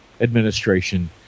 Administration